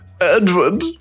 Edward